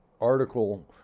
article